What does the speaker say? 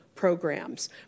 Programs